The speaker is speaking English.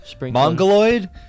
mongoloid